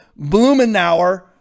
Blumenauer